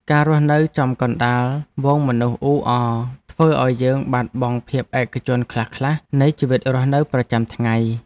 ការរស់នៅចំកណ្តាលហ្វូងមនុស្សអ៊ូអរធ្វើឱ្យយើងបាត់បង់ភាពឯកជនខ្លះៗនៃជីវិតរស់នៅប្រចាំថ្ងៃ។